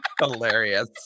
Hilarious